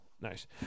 Nice